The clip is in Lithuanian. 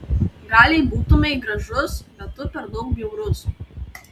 gal jei būtumei gražus bet tu per daug bjaurus